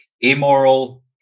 immoral